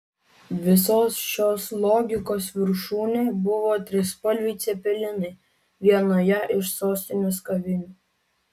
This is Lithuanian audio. visos šios logikos viršūnė buvo trispalviai cepelinai vienoje iš sostinės kavinių